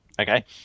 Okay